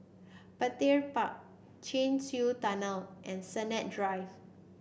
Petir Park Chin Swee Tunnel and Sennett Drive